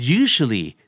usually